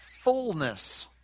fullness